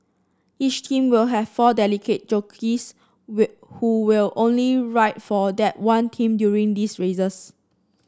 each team will have four dedicated jockeys who will only ride for that one team during these races